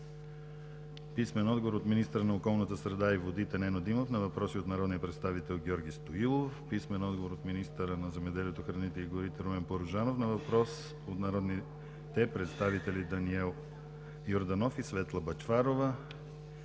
Данчев; - министъра на околната среда и водите Нено Димов на въпроси от народния представител Георги Стоилов; - министъра на земеделието, храните и горите Румен Порожанов на въпрос от народните представители Даниел Йорданов и Светла Бъчварова;